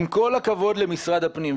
עם כל הכבוד למשרד הפנים,